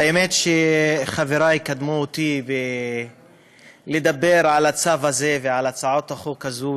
האמת היא שחברי הקדימו אותי ודיברו על הצו הזה ועל הצעת החוק הזאת,